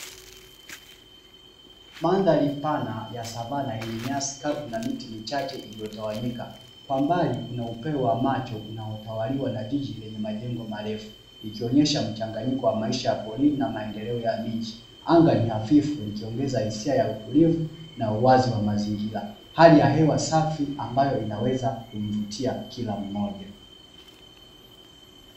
Mandhari pana ya savana yenye nyasi kavu na miti michache iliyo tawanyika kwa mbali kuna upeo wa macho unao tawaliwa na jiji lenye majengo marefu ikionyesha mchanganyiko wa maisha ya polini na maendeleo ya miji. Anga ni hafifu likiongeza hisia ya utulivu na uwazi wa mazingira, hali ya hewa safi ambayo inaweza kumvutia kila mmoja.